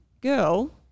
Girl